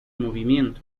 movimiento